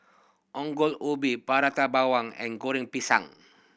Ongol Ubi Prata Bawang and Goreng Pisang